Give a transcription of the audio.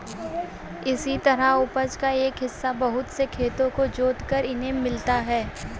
इसी तरह उपज का एक हिस्सा बहुत से खेतों को जोतकर इन्हें मिलता है